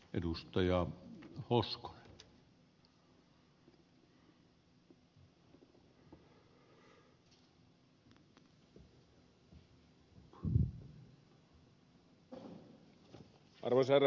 arvoisa herra puhemies